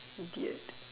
idiot